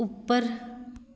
ਉੱਪਰ